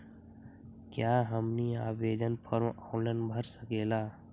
क्या हमनी आवेदन फॉर्म ऑनलाइन भर सकेला?